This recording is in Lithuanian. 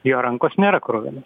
jo rankos nėra kruvinos